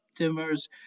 dimmers